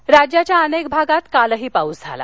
पाऊस राज्याच्या अनेक भागात कालही पाऊस झाला